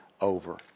over